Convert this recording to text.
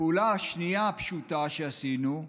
הפעולה הפשוטה השנייה שעשינו,